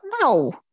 no